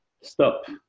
stop